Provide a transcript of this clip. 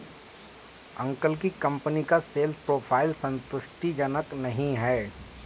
uncle की company का sales profile संतुष्टिजनक नही है